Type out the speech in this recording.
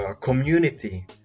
community